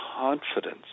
confidence